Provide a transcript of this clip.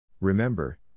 Remember